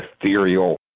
ethereal